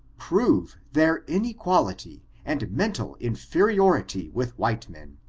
prove their inequality and mental inferiority with white men,